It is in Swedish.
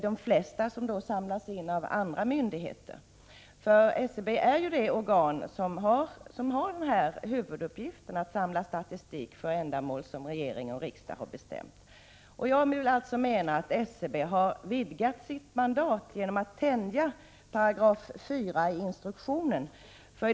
De flesta består av uppgifter som samlas in av andra myndigheter. SCB är ju det organ som har till huvuduppgift att samla in statistik för ändamål som regering och riksdag har bestämt. Jag menar att SCB har vidgat sitt mandat genom att tänja 4§ i instruktionen.